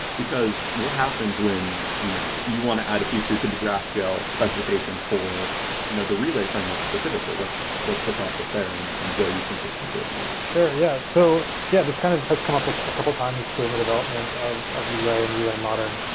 because what happens when you know you want to add a feature to the graphql specification for you know the relay framework specifically. what's what's the process there? and and joe, you can pitch into it if you want. sure. yeah. so yeah this kind of has come up like a couple of times during the development of of relay and relay modern,